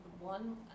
One